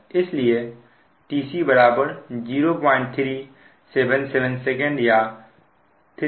इसलिए tc0377 sec या 377 msec